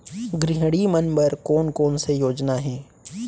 गृहिणी मन बर कोन कोन से योजना हे?